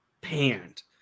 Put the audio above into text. panned